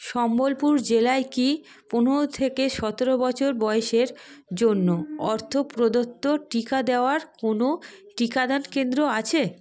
সম্বলপুর জেলায় কি পনেরো থেকে সতেরো বছর বয়েসের জন্য অর্থপ্রদত্ত টিকা দেওয়ার কোনও টিকাদান কেন্দ্র আছে